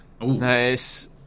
Nice